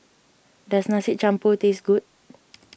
does Nasi Campur taste good